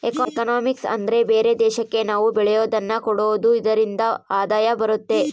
economics ಅಂದ್ರೆ ಬೇರೆ ದೇಶಕ್ಕೆ ನಾವ್ ಬೆಳೆಯೋದನ್ನ ಕೊಡೋದು ಇದ್ರಿಂದ ಆದಾಯ ಬರುತ್ತೆ